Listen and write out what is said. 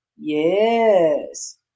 yes